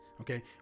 okay